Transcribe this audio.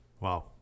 Wow